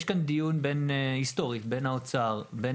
יש כאן דיון היסטורי בין האוצר לבין